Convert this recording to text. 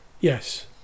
Yes